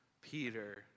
Peter